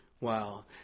Wow